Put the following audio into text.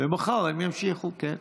ומחר הם ימשיכו, כן.